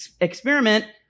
experiment